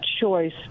choice